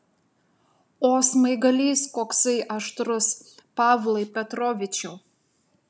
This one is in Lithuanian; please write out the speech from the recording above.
o smaigalys koksai aštrus pavlai petrovičiau